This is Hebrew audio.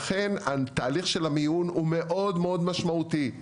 ולכן התהליך של המיון הוא מאוד מאוד משמעותי,